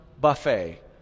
Buffet